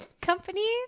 company